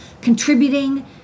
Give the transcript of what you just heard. contributing